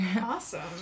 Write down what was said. Awesome